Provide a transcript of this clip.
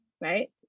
right